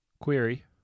Query